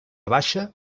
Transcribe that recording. baixa